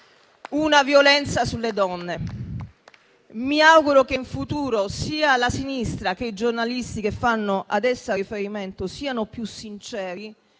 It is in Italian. una violenza sulle donne. Mi auguro che in futuro sia la sinistra, sia i giornalisti che fanno ad essa riferimento siano più sinceri